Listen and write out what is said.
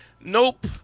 Nope